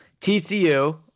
TCU